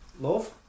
love